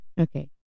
Okay